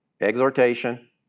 exhortation